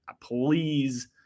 Please